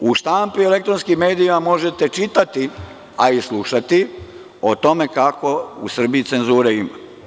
U štampi i elektronskim medijima možete čitati, a i slušati o tome kako u Srbiji cenzure ima.